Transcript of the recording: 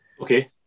Okay